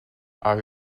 are